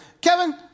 Kevin